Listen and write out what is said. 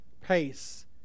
pace